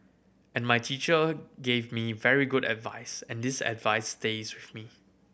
and my teacher gave me very good advice and this advice stays with me